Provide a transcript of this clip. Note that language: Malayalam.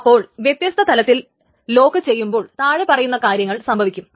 അപ്പോൾ വ്യത്യസ്ത തലത്തിൽ ലോക്ക് ചെയ്യുമ്പോൾ താഴെ പറയുന്ന കാര്യങ്ങൾ സംഭവിക്കും